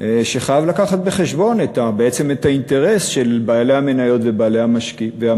שחייב לקחת בחשבון את האינטרס של בעלי המניות והמשקיעים,